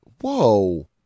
Whoa